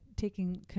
taking